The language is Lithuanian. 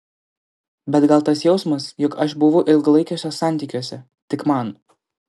bet gal tas jausmas jog aš buvau ilgalaikiuose santykiuose tik man